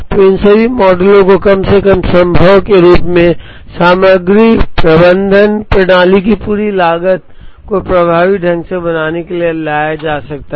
तो इन सभी मॉडलों को कम से कम संभव के रूप में सामग्री प्रबंधन प्रणाली की पूरी लागत को प्रभावी ढंग से बनाने के लिए लाया जा सकता है